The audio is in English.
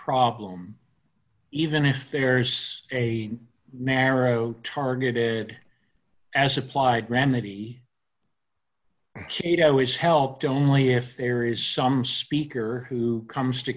problem even if there is a narrow targeted as applied remedy it i was helped only if there is some speaker who comes to